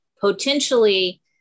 potentially